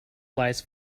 lies